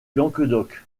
languedoc